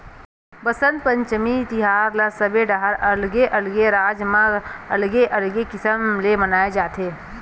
बसंत पंचमी तिहार ल सबे डहर अलगे अलगे राज म अलगे अलगे किसम ले मनाए जाथे